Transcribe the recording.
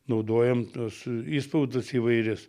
naudojam tas išspaudas įvairias